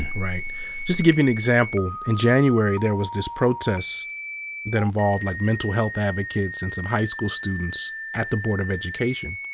just to give you an example, in january there was this protest that involved like mental health advocates, and some high school students, at the board of education.